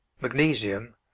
magnesium